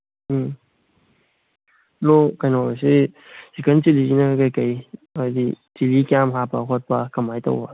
ꯎꯝ ꯀꯩꯅꯣꯁꯤ ꯆꯤꯀꯟ ꯆꯤꯂꯤꯁꯤꯅ ꯀꯩꯀꯩ ꯍꯥꯏꯗꯤ ꯆꯤꯂꯤ ꯀꯌꯥꯝ ꯍꯥꯞꯄ ꯈꯣꯠꯄ ꯀꯃꯥꯏ ꯇꯧꯕ